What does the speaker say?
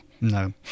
No